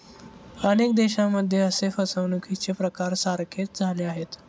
अनेक देशांमध्ये असे फसवणुकीचे प्रकार सारखेच झाले आहेत